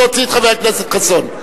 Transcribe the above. להוציא את חבר הכנסת חסון.